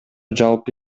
жалпы